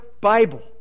Bible